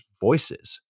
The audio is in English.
Voices